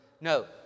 No